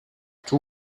too